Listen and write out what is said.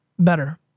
better